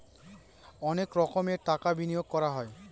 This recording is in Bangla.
অনেক রকমভাবে টাকা বিনিয়োগ করা হয়